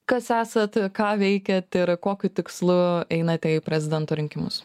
kas esat ką veikiat ir kokiu tikslu einate į prezidento rinkimus